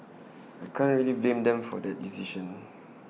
I can't really blame them for that decision